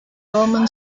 roman